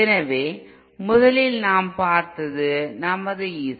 எனவே முதலில் நாம் பார்த்தது நமது Z